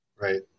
Right